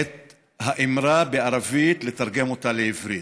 את האמרה בערבית, לתרגם אותה לעברית.